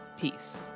Peace